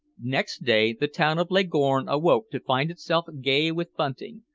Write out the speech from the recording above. next day the town of leghorn awoke to find itself gay with bunting,